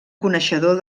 coneixedor